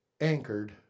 anchored